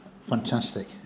Fantastic